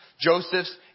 Joseph's